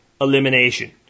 elimination